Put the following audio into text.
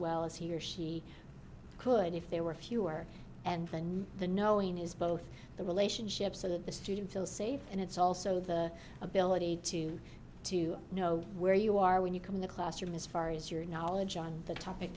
well as he or she could if there were fewer and the knowing is both the relationship so that the student feels safe and it's also the ability to to know where you are when you come in the classroom as far as your knowledge on the topic